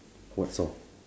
what saw